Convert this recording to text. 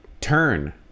turn